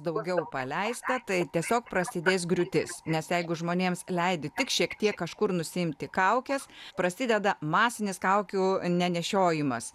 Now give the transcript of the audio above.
daugiau paleista tai tiesiog prasidės griūtis nes jeigu žmonėms leidi tik šiek tiek kažkur nusiimti kaukes prasideda masinis kaukių nenešiojimas